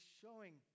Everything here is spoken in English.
showing